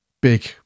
big